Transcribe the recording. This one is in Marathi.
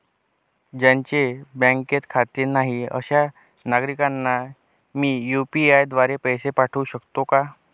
ज्यांचे बँकेत खाते नाही अशा नागरीकांना मी यू.पी.आय द्वारे पैसे पाठवू शकतो का?